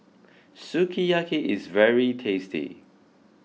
Sukiyaki is very tasty